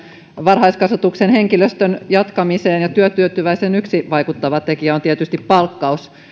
varhaiskasvatuksen henkilöstön jaksamiseen ja työtyytyväisyyteen yksi vaikuttava tekijä on tietysti palkkaus